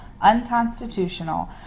unconstitutional